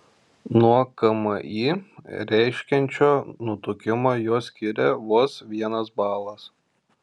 nuo kmi reiškiančio nutukimą juos skiria vos vienas balas